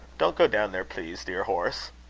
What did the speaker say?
don't go down there, please, dear horse.